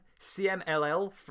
CMLL